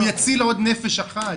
הוא יציל עוד נפש אחת.